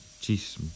Jesus